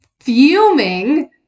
fuming